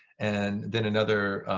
and then another